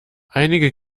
einige